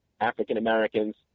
African-Americans